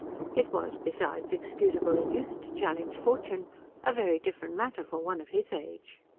it was, besides, excusable in youth to challenge fortune a very different matter for one of his age.